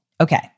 Okay